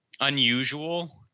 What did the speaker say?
unusual